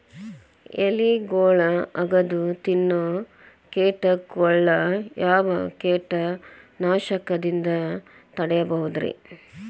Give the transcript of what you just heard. ಎಲಿಗೊಳ್ನ ಅಗದು ತಿನ್ನೋ ಕೇಟಗೊಳ್ನ ಯಾವ ಕೇಟನಾಶಕದಿಂದ ತಡಿಬೋದ್ ರಿ?